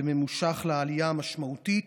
וממושך לעלייה המשמעותית